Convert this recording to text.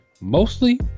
mostly